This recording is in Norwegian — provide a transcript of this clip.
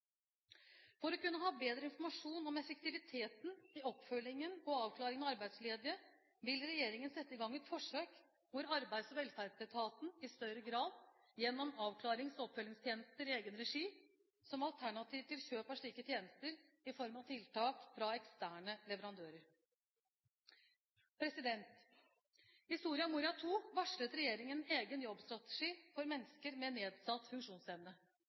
For å kunne ha bedre informasjon om effektiviteten i oppfølgingen og avklaringen av arbeidsledige vil regjeringen sette i gang et forsøk hvor Arbeids- og velferdsetaten i større grad gjennomfører avklarings- og oppfølgingstjenester i egen regi som alternativ til kjøp av slike tjenester i form av tiltak fra eksterne leverandører. I Soria Moria II varslet regjeringen en egen jobbstrategi for mennesker med nedsatt funksjonsevne.